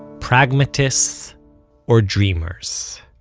pragmatists or dreamers